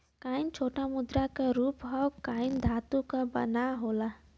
coin छोटा मुद्रा क रूप हौ कॉइन धातु क बना होला